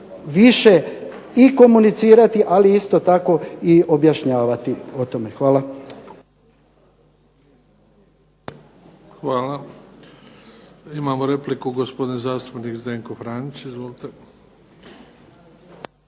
više i komunicirati ali isto tako i objašnjavati o tome. Hvala. **Bebić, Luka (HDZ)** Hvala. Imamo repliku, gospodin zastupnik Zdenko Franić izvolite.